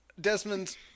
Desmond